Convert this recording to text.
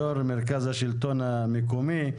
יו"ר מרכז השלטון המקומי.